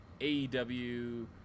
AEW